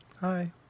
Hi